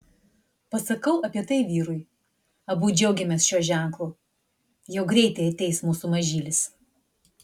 pasakau apie tai vyrui abu džiaugiamės šiuo ženklu jau greitai ateis mūsų mažylis